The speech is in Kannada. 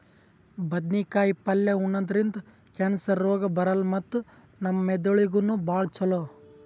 ಬದ್ನೇಕಾಯಿ ಪಲ್ಯ ಉಣದ್ರಿಂದ್ ಕ್ಯಾನ್ಸರ್ ರೋಗ್ ಬರಲ್ಲ್ ಮತ್ತ್ ನಮ್ ಮೆದಳಿಗ್ ನೂ ಭಾಳ್ ಛಲೋ